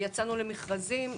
יצאנו למכרזים.